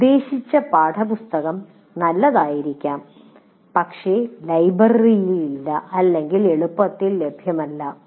നിർദ്ദേശിച്ച പാഠപുസ്തകം നല്ലതായിരിക്കാം പക്ഷേ അത് ലൈബ്രറിയിലില്ല അല്ലെങ്കിൽ എളുപ്പത്തിൽ ലഭ്യമല്ല